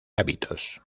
hábitos